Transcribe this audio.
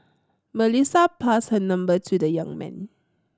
Melissa passed her number to the young man